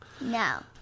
No